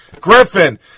griffin